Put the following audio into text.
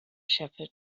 shepherd